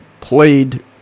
played